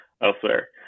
elsewhere